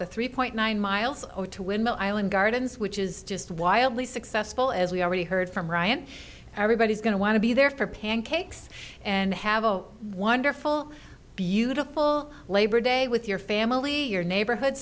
the three point nine miles or two windmill island gardens which is just wildly successful as we already heard from ryan everybody's going to want to be there for pancakes and have a wonderful beautiful labor day with your family your neighborhood